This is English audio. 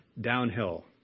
downhill